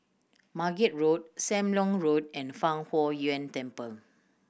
Margate Road Sam Leong Road and Fang Huo Yuan Temple